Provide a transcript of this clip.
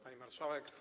Pani Marszałek!